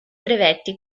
brevetti